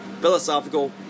philosophical